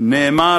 נאמר